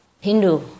Hindu